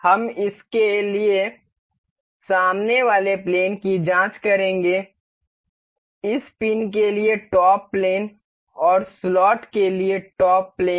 हम इसके लिए सामने वाले प्लेन की जांच करेंगे इस पिन के लिए टॉप प्लेन और स्लॉट के लिए टॉप प्लेन